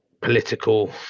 political